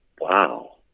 Wow